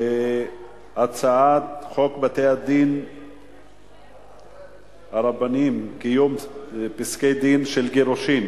הצעת חוק בתי-דין רבניים (קיום פסקי-דין של גירושין)